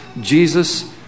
jesus